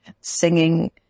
singing